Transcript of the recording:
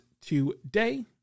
today